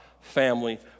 family